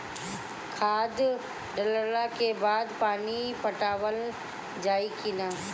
खाद डलला के बाद पानी पाटावाल जाई कि न?